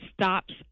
stops